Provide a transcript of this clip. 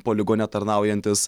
poligone tarnaujantys